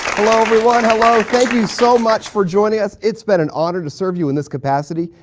hello everyone, hello. thank you so much for joining us. it's been an honor to serve you in this capacity.